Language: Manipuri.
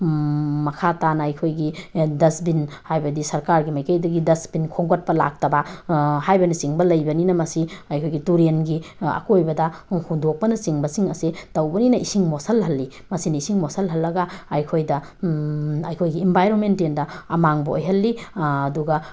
ꯃꯈꯥ ꯇꯥꯅ ꯑꯩꯈꯣꯏꯒꯤ ꯑꯦ ꯗꯁꯕꯤꯟ ꯍꯥꯏꯕꯗꯤ ꯁꯔꯀꯥꯔꯒꯤ ꯃꯥꯏꯀꯩꯗꯒꯤ ꯗꯁꯕꯤꯟ ꯈꯣꯝꯒꯠꯄ ꯂꯥꯛꯇꯕ ꯍꯥꯏꯕꯅꯆꯤꯡꯕ ꯂꯩꯕꯅꯤꯅ ꯃꯁꯤ ꯑꯩꯈꯣꯏꯒꯤ ꯇꯨꯔꯦꯟꯒꯤ ꯑꯀꯣꯏꯕꯗ ꯍꯨꯟꯗꯣꯛꯄꯅꯆꯤꯡꯕꯁꯤꯡ ꯑꯁꯤ ꯇꯧꯕꯅꯤꯅ ꯏꯁꯤꯡ ꯃꯣꯠꯁꯤꯟꯍꯜꯂꯤ ꯃꯁꯤꯅ ꯏꯁꯤꯡ ꯃꯣꯠꯁꯤꯟꯍꯜꯂꯒ ꯑꯩꯈꯣꯏꯗ ꯑꯩꯈꯣꯏꯒꯤ ꯑꯦꯟꯚꯥꯏꯔꯟꯃꯦꯟꯇꯦꯜꯗ ꯑꯃꯥꯡꯕ ꯑꯣꯏꯍꯜꯂꯤ ꯑꯗꯨꯒ